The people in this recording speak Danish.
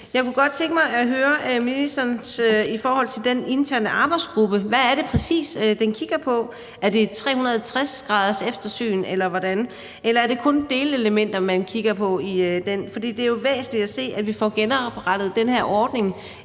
Jeg kunne godt tænke mig at høre ministeren om den interne arbejdsgruppe. Hvad er det præcis, den kigger på? Er det et 360-graderseftersyn, eller er det kun delelementer, man kigger på i den, eller hvordan? For det er jo væsentligt at se, at vi får genoprettet den her ordning,